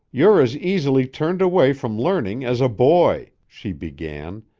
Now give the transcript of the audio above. you're as easily turned away from learning as a boy, she began,